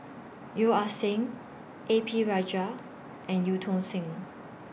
Yeo Ah Seng A P Rajah and EU Tong Sen